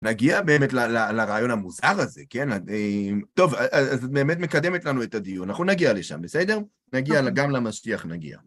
נגיע באמת לרעיון המוזר הזה, כן? אז... טוב, אז את באמת מקדמת לנו את הדיון, אנחנו נגיע לשם, בסדר? נגיע, גם למשיח נגיע.